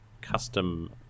custom